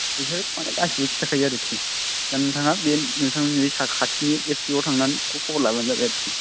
बिसोर माने गासैबो खिथाखायो आरोखि दा नोंथाङा बे नोंथांनि साखाथिनि एफ सि अ आव थांनानै खबर लाब्लानो जाबाय आरोखि